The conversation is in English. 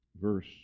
verse